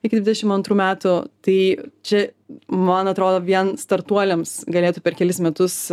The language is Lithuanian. iki dvidešim antrų metų tai čia man atrodo vien startuoliams galėtų per kelis metus